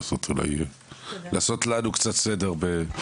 אולי לעשות לנו קצת סדר.